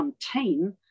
team